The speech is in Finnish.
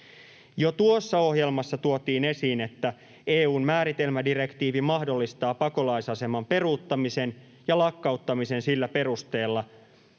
Jo tuossa ohjelmassa tuotiin esiin, että EU:n määritelmädirektiivi mahdollistaa pakolaisaseman peruuttamisen ja lakkauttamisen sillä perusteella,